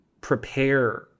prepare